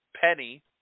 Penny